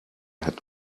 had